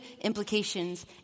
implications